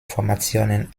formationen